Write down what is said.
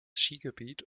skigebiet